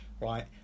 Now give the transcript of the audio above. right